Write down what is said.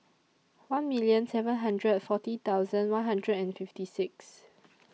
one million seven hundred and forty thousand one hundred and fifty six